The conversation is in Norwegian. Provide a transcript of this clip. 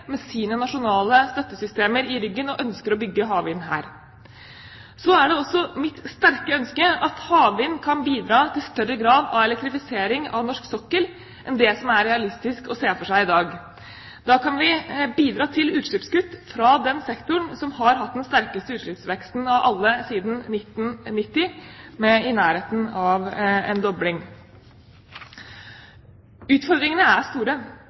med sine nasjonale støttesystemer i ryggen og ønsker utbygging av havvindkraft her. Så er det også mitt sterke ønske at havvind kan bidra til større grad av elektrifisering av norsk sokkel enn det som er realistisk å se for seg i dag. Da kan vi bidra til utslippskutt fra den sektoren som har hatt den sterkeste utslippsveksten av alle siden 1990, med i nærheten av en dobling. Utfordringene er store,